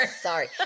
Sorry